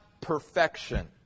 perfection